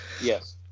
yes